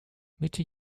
mitte